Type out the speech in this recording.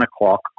o'clock